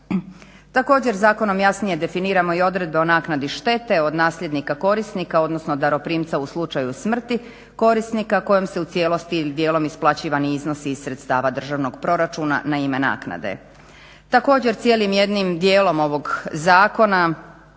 Također zakonom jasnije definiramo i odredbe o naknadi štete od nasljednika korisnika, odnosno daroprimca u slučaju smrti korisnika kojem se u cijelosti ili dijelom isplaćivani iznosi iz sredstva državnog proračuna na ime naknade. Također cijelim jednim dijelom ovog zakona